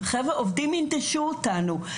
עובדים ינטשו אותנו.